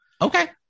Okay